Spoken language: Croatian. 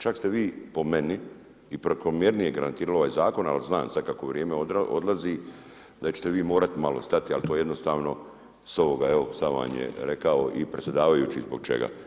Čak ste vi po meni i prekomjernije granatirali ovaj zakon ali znam sad kako vrijeme odlazi, da ćete vi morat stati ali to jednostavno sa ovoga, sam vam je rekao i predsjedavajući zbog čega.